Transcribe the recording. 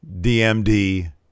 DMD